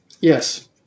Yes